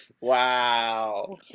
Wow